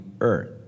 earth